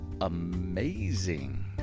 amazing